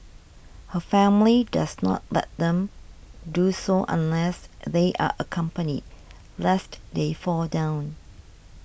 her family does not let them do so unless they are accompanied lest they fall down